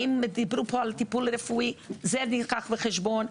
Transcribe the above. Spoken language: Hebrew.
אם דיברו פה על טיפול רפואי זה נלקח בחשבון,